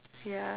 ya